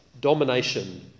domination